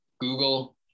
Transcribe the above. Google